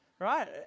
right